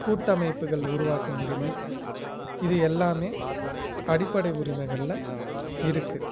கூட்டமைப்புகள் உருவாக்கம் உரிமை இது எல்லாமே அடிப்படை உரிமைகள்ல இருக்குது